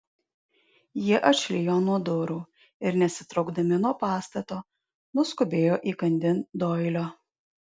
jie atšlijo nuo durų ir nesitraukdami nuo pastato nuskubėjo įkandin doilio